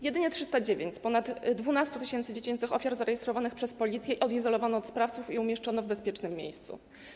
Jedynie 309 z ponad 12 tys. dziecięcych ofiar zarejestrowanych przez Policję odizolowano od sprawców i umieszczono w bezpiecznym miejscu.